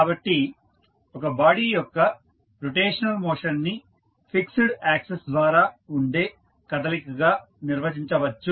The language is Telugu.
కాబట్టి ఒక బాడీ యొక్క రొటేషనల్ మోషన్ ని ఫిక్స్డ్ యాక్సిస్ ద్వారా ఉండే కదలికగా నిర్వచించవచ్చు